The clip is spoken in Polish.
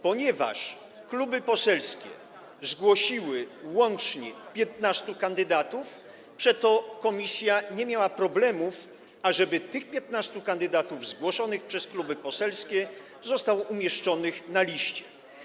Ponieważ kluby poselskie zgłosiły łącznie 15 kandydatów, przeto komisja nie miała problemów, ażeby tych 15 kandydatów zgłoszonych przez kluby poselskie zostało umieszczonych na liście.